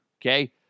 Okay